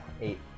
Eight